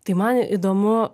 tai man įdomu